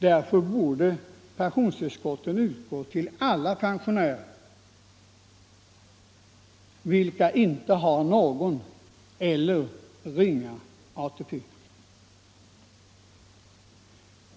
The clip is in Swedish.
Därför borde pensionstillskotten utgå till alla pensionärer vilka inte har någon eller endast ringa ATP.